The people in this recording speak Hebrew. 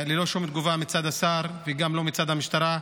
ללא שום תגובה מצד השר וגם לא מצד המשטרה.